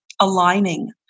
aligning